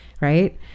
right